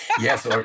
Yes